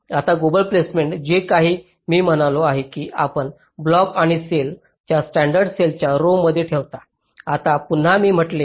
आता global placement जे काही मी म्हणालो आहे की आपण ब्लॉक किंवा सेल्स ला स्टॅंडर्ड सेलच्या रोवमध्ये ठेवता